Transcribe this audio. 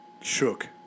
Shook